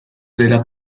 della